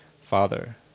Father